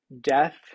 death